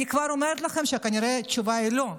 אני כבר אומרת לכם שכנראה התשובה היא לא.